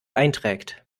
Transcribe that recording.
einträgt